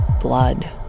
blood